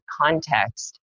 context